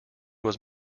was